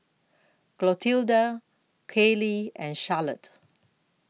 Clotilda Kayley and Charlotte